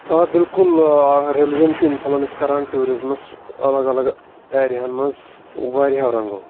آ بلکل رٮ۪لِجَن چھُ اِنفلَنس کَران ٹیوٗرِزمَس الگ الگ ایریاہَن منٛز واریَہو رنٛگو